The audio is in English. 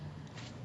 ya ya ya